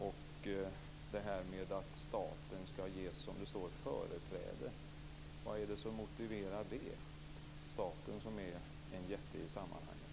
Vad är det som motiverar att staten skall ges företräde? Staten är ju en jätte i sammanhanget.